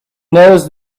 knows